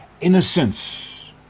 innocence